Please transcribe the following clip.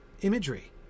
imagery